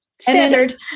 standard